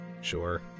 Sure